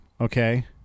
okay